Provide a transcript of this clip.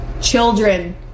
children